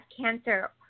cancer